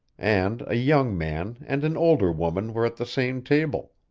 and a young man and an older woman were at the same table.